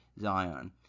Zion